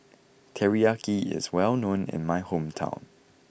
Teriyaki is well known in my hometown